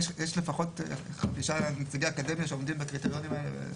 יש לפחות חמישה נציגי אקדמיה שעומדים בקריטריונים האלה?